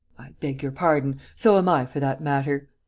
beg your pardon. so am i, for that matter.